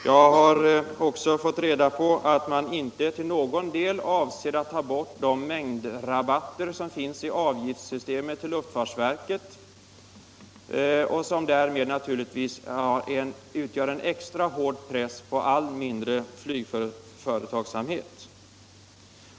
Jag har inte heller fått reda på annat än att man inte till någon del avser att ta bort de mängdrabatter som finns i avgiftssystemet för luftfartsverket och som naturligtvis utgör en extra hård press på allt mindre flygföretagsamhet.